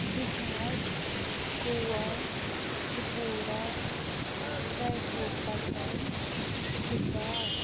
Bihar Goa Tripura Raipur Patan Gujarat